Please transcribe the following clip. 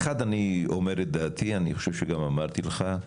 האחד, אני אומר את דעתי, אני חושב שגם אמרתי לך,